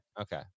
Okay